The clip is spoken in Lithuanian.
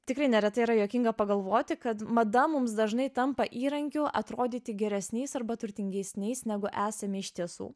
tikrai neretai yra juokinga pagalvoti kad mada mums dažnai tampa įrankiu atrodyti geresniais arba turtingesniais negu esame iš tiesų